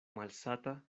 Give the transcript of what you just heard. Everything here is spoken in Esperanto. malsata